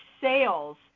sales